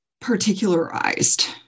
particularized